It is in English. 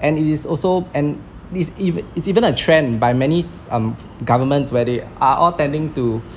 and it is also and it is even it's even a trend by many um governments where they're all tending to